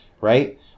right